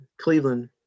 Cleveland